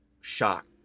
shocked